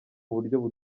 buryo